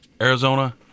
Arizona